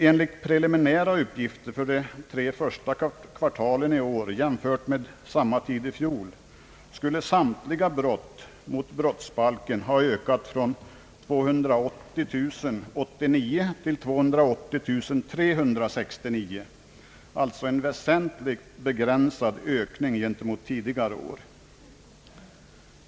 Enligt preliminära uppgifter för de tre första kvartalen i år jämfört med samma tid i fjol skulle samtliga brott mot brottsbalken ha ökat från 280 089 till 280 369, alltså en väsentligt begränsad ökning gentemot tidigare år.